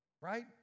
Right